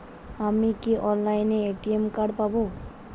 আমি কি অনলাইনে এ.টি.এম কার্ড পাব?